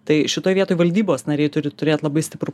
tai šitoj vietoj valdybos nariai turi turėt labai stiprų